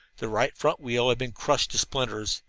the right front wheel had been crushed to splinters,